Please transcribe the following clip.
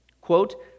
quote